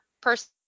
person